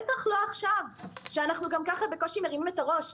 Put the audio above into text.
בטח לא עכשיו שאנחנו גם ככה בקושי מרימים את הראש.